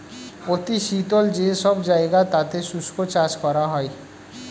অতি শীতল যে সব জায়গা তাতে শুষ্ক চাষ করা হয়